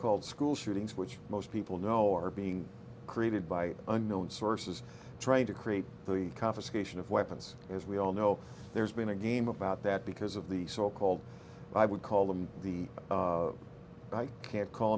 called school shootings which most people know are being created by unknown sources trying to create the confiscation of weapons as we all know there's been a game about that because of the so called i would call them the i can't call